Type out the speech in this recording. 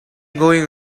going